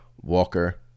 Walker